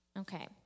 Okay